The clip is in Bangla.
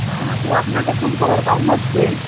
হ্যাঁ আসলে আপনাকে ফোন করার কারণ হচ্ছে